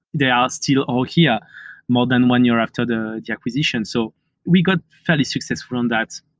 they are still all here more than one year after the the acquisition. so we got fairly successful on that.